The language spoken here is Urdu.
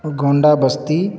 گونڈا بستی